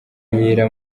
yera